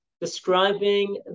describing